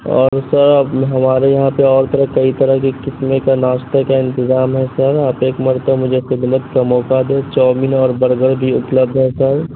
اور سب ہمارے یہاں پہ اور طرح کئی طرح کے کتنے کا ناشتہ کا اتنظام ہے سر آپ ایک مرتبہ مجھے خدمت کا موقع دیں چاؤ مین اور برگر بھی اُپلبدھ ہے سر